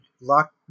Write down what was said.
lock